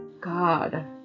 God